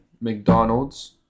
McDonald's